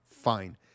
Fine